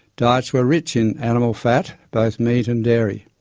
diets were rich in animal fat, both meat and dairy.